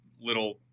little